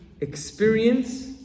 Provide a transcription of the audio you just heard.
experience